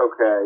Okay